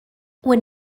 when